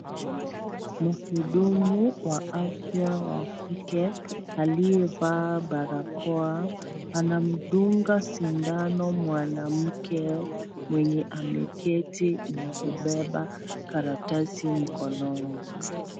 Mhudumu wa afya wa kike aliyevaa barakoa anamdunga sindano mwanamke mwenye ameketi na kubeba karatasi mkononi.